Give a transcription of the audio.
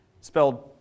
spelled